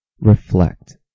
reflect